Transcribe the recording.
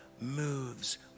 moves